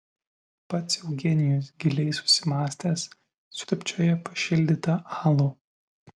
pats eugenijus giliai susimąstęs siurbčioja pašildytą alų